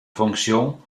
fonction